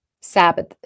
Sabbath